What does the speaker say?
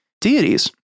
deities